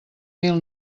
mil